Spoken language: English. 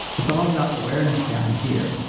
that's all about awareness down here.